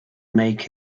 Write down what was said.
make